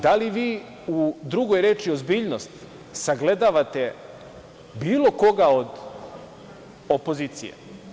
Da li vi u drugoj reči ozbiljnost sagledavate bilo koga od opozicije?